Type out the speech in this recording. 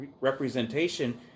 representation